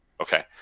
Okay